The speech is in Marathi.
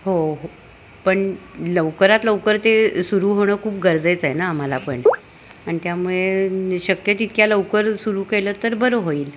हो हो पण लवकरात लवकर ते सुरू होणं खूप गरजेचं आहे ना आम्हाला पण आणि त्यामुळे शक्य तितक्या लवकर सुरू केलंत तर बरं होईल